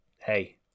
hey